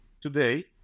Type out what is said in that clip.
today